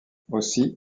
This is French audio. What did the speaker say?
aussi